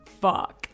fuck